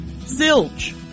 zilch